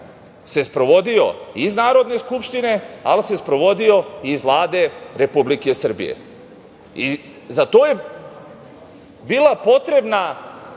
se sprovodio iz Narodne skupštine, ali se sprovodio i iz Vlade Republike Srbije. Za to je bila potrebna